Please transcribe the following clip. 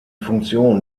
funktion